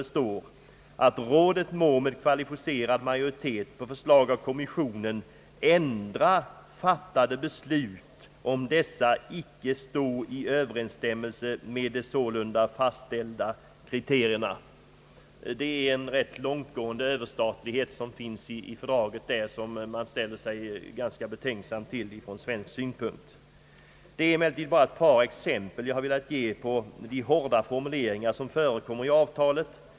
Det heter där: »Rådet må med kvalificerad majoritet på förslag av kommissionen ändra fattade beslut, om dessa icke stå i överensstämmelse med de sålunda fastställda kriterierna.» Det är en långtgående överstatlighet som kommer till uttryck i denna del av fördraget och som man ställer sig betänksam inför från svensk synpunkt. Detta är emellertid bara ett par exempel på de mycket hårda formuleringar som förekommer i avtalet.